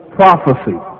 prophecy